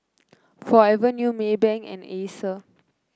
Forever New Maybank and Acer